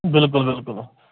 بِلکُل بِلکُل